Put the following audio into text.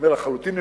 לחלוטין במקרה,